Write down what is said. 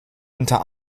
unter